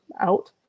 out